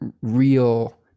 real